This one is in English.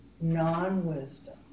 non-wisdom